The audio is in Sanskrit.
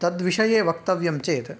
तद्विषये वक्तव्यं चेत्